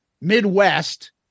Midwest